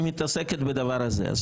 היא מתעסקת בדבר הזה.